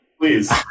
Please